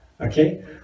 okay